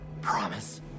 Promise